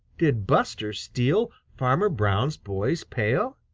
did buster steal farmer brown's boy's pail?